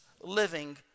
living